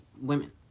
women